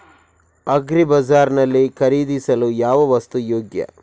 Agri ಬಜಾರ್ ನಲ್ಲಿ ಖರೀದಿಸಲು ಯಾವ ವಸ್ತು ಯೋಗ್ಯ?